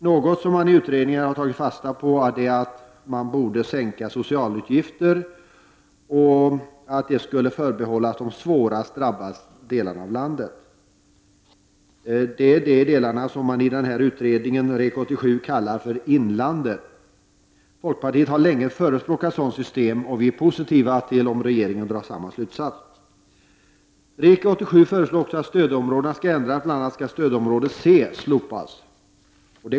Något som man i utredningen har tagit fasta på är att socialavgifter borde sänkas, och att denna sänkning skulle förbehållas de svårast drabbade delarna av landet. Det är de delar som REK 87 kallar Inlandet. Folkpartiet har länge förespråkat ett sådant system, och vi tycker att det är positivt om regeringen drar samma slutsats. REK 87 föreslår också att stödområdena ändras; bl.a. skall stödområde C slopas.